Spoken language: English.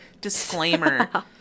disclaimer